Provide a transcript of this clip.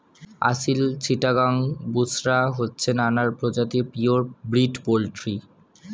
আসিল, চিটাগাং, বুশরা হচ্ছে নানা প্রজাতির পিওর ব্রিড পোল্ট্রি